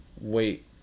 wait